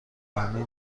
بندی